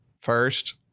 First